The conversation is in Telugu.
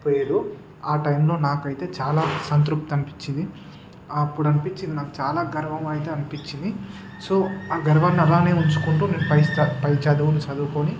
పొయ్యిరు ఆ టైంలో నాకైతే చాలా సంతృప్తి అనిపించింది అప్పుడు అనిపించింది నాకు చాలా గర్వము అయితే అనిపించింది సో ఆ గర్వాన్ని అలానే ఉంచుకుంటూ నేను పై స్థాయి పై చదువులు చదువుకొని